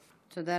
תודה.